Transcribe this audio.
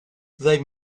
they